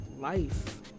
life